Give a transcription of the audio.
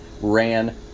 Ran